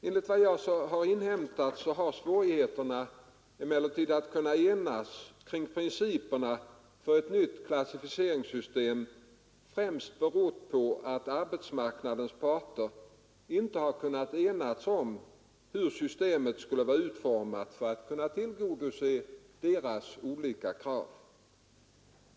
Enligt vad jag inhämtat har svårigheterna att arbeta fram principer för ett nytt klassificeringssystem främst berott på att arbetsmarknadens parter inte har kunnat ena sig om hur systemet skall vara utformat för att tillgodose olika krav.